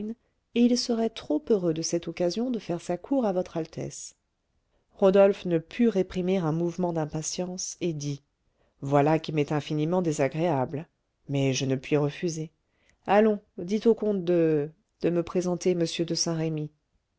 et il serait trop heureux de cette occasion de faire sa cour à votre altesse rodolphe ne put réprimer un mouvement d'impatience et dit voilà qui m'est infiniment désagréable mais je ne puis refuser allons dites au comte de de me présenter m de saint-remy